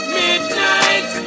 midnight